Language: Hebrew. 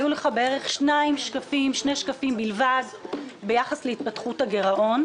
היו לך בערך שני שקפים בלבד ביחס להתפתחות הגרעון.